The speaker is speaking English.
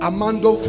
Amando